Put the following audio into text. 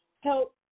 help